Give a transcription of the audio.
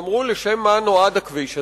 ואמרו: למה נועד הכביש הזה?